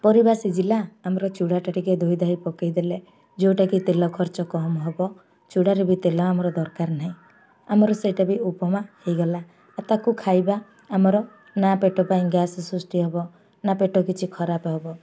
ପରିବା ସିଝିଲା ଆମର ଚୁଡ଼ାଟା ଟିକେ ଧୋଇ ଧାଇ ପକେଇ ଦେଲେ ଯେଉଁଟାକି ତେଲ ଖର୍ଚ୍ଚ କମ୍ ହବ ଚୁଡ଼ାରେ ବି ତେଲ ଆମର ଦରକାର ନାହିଁ ଆମର ସେଇଟା ବି ଉପମା ହେଇଗଲା ଆତାକୁ ଖାଇବା ଆମର ନା ପେଟ ପାଇଁ ଗ୍ୟାସ୍ ସୃଷ୍ଟି ହବ ନା ପେଟ କିଛି ଖରାପ ହବ